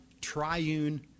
triune